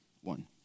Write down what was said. One